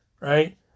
right